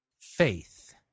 faith